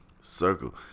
circle